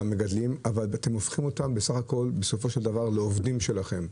אבל אתם הופכים אותם בסופו של דבר לעובדים שלכם.